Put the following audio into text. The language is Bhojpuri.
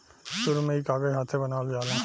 शुरु में ई कागज हाथे बनावल जाओ